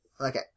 Okay